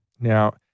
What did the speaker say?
Now